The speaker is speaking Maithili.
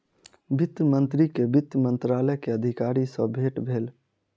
वित्त मंत्री के वित्त मंत्रालय के अधिकारी सॅ भेट भेल